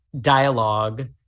dialogue